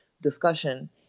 discussion